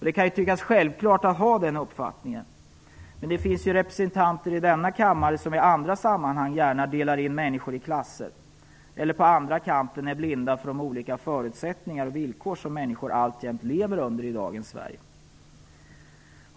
Det kan tyckas vara självklart att ha den uppfattningen, men det finns representanter i denna kammare som i andra sammanhang gärna delar in människor i klasser eller på den andra kanten är blinda för de olika förutsättningar och villkor som människor alltjämt lever under i dagens Sverige.